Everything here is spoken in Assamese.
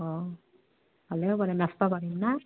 অঁ ভালেই হ'ব তেনে নাচিব পাৰিম নহ্